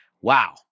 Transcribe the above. Wow